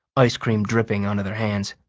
ice cream dripping onto their hands.